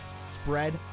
Spread